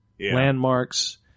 landmarks